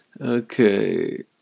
okay